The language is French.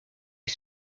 est